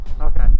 Okay